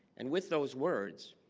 and with those words